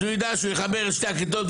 אז הוא ידע שהוא יחבר שתי הכיתות,